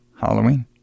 Halloween